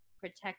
protect